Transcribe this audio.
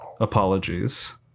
Apologies